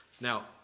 Now